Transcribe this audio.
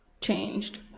Changed